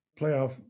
Playoff